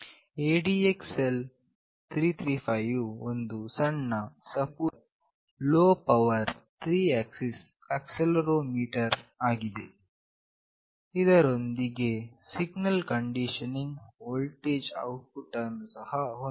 ADXL 355 ವು ಒಂದು ಸಣ್ಣ ಸಪೂರ ಹಾಗು ಲೋ ಪವರ್ 3 ಆಕ್ಸಿಸ್ ಆಕ್ಸೆಲೆರೋಮೀಟರ್ ಆಗಿದೆ ಇದರೊಂದಿಗೆ ಸಿಗ್ನಲ್ ಕಂಡೀಷನ್ ವೋಲ್ಟೇಜ್ ಔಟ್ಪುಟ್ ಅನ್ನು ಸಹ ಹೊಂದಿದೆ